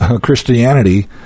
Christianity